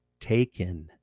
taken